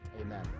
Amen